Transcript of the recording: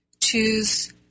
choose